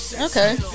Okay